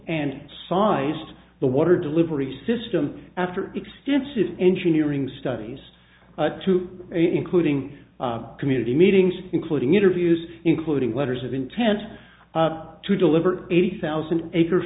and sized the water delivery system after extensive engineering studies to including community meetings including interviews including letters of intent to deliver eighty thousand acre